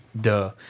duh